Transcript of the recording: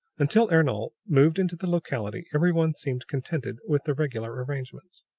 until ernol moved into the locality every one seemed contented with the regular arrangements.